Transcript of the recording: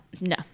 no